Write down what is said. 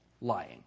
lying